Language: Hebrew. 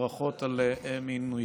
ברכות על מינויך,